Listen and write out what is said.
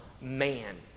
man